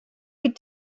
could